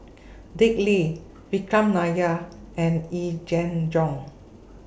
Dick Lee Vikram Nair and Yee Jenn Jong